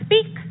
speak